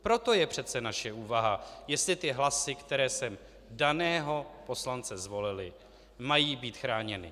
Proto je přece naše úvaha, jestli hlasy, kterými jsme daného poslance zvolili, mají být chráněny.